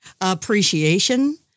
appreciation